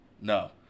no